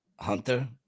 Hunter